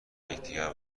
یکدیگر